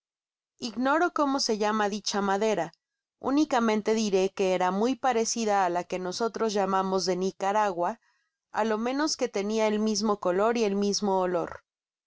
ignoro cómo se llama dicha madera únicamente diré que era muy parecida á la que nosotros llamamos de nicaragua á lo menos tenia el mismo color y el mismo olor